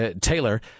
Taylor